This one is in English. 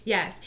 Yes